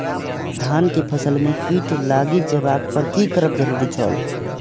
धान के फसल में कीट लागि जेबाक पर की करब जरुरी छल?